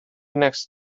next